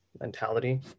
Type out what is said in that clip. mentality